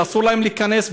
שאסור להם להיכנס,